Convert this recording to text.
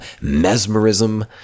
mesmerism